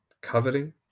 coveting